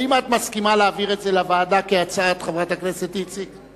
האם את מסכימה להעביר את ההצעה לוועדה כהצעת חברת הכנסת איציק?